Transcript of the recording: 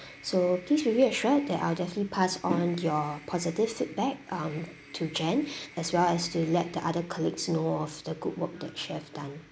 so please be reassured that I will definitely pass on your positive feedback um to jane as well as to let the other colleagues know of the good work that she have done